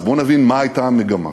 אז בואו נבין מה הייתה המגמה.